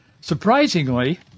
Surprisingly